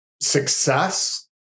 success